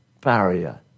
barrier